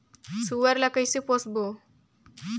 सुअर ला कइसे पोसबो?